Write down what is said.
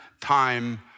time